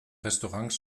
restaurants